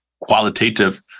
qualitative